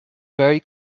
very